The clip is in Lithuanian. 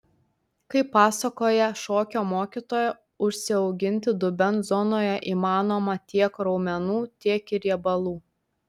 kaip pasakoja šokio mokytoja užsiauginti dubens zonoje įmanoma tiek raumenų tiek ir riebalų